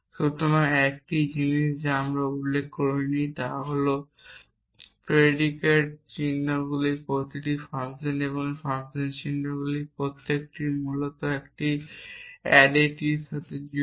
সুতরাং একটি জিনিস যা আমি উল্লেখ করিনি তা হল এই প্রেডিকেট চিহ্নগুলির প্রতিটি বা এই ফাংশন চিহ্নগুলির প্রত্যেকটি মূলত একটি অ্যারিটির সাথে যুক্ত